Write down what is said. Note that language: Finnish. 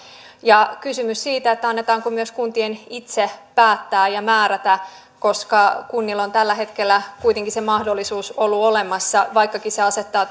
ja kysyn myös siitä annetaanko myös kuntien itse päättää ja määrätä koska kunnilla on tällä hetkellä kuitenkin se mahdollisuus ollut olemassa vaikkakin se asettaa